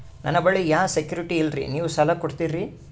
ನನ್ನ ಬಳಿ ಯಾ ಸೆಕ್ಯುರಿಟಿ ಇಲ್ರಿ ನೀವು ಸಾಲ ಕೊಡ್ತೀರಿ?